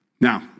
Now